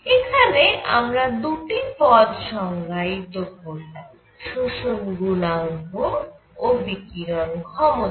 এখানে আমরা দুটি পদ সংজ্ঞায়িত করলাম শোষণ গুণাঙ্ক ও বিকিরণ ক্ষমতা